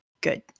good